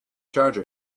charger